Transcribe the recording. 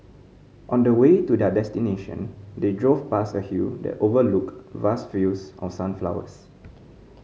on the way to their destination they drove past a hill that overlooked vast fields of sunflowers